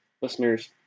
listeners